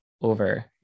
over